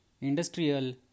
industrial